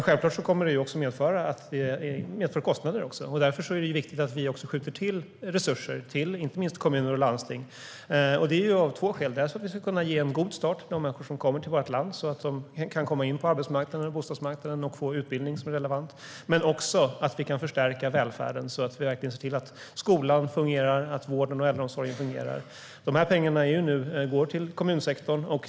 Självklart kommer det dock även att medföra kostnader, och därför är det viktigt att vi skjuter till resurser till inte minst kommuner och landsting. Det gör vi av två skäl - dels för att vi ska kunna ge en god start för de människor som kommer till vårt land, så att de kan komma in på arbetsmarknaden och bostadsmarknaden samt få utbildning som är relevant, dels för att vi ska kunna förstärka välfärden. Det handlar om att verkligen se till att skolan, vården och äldreomsorgen fungerar. Dessa pengar går nu till kommunsektorn.